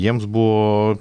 jiems buvo